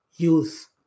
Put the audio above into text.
youth